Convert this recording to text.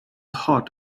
hot